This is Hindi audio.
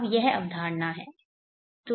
अब यह अवधारणा है